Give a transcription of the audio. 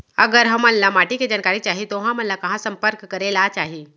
अगर हमन ला माटी के जानकारी चाही तो हमन ला कहाँ संपर्क करे ला चाही?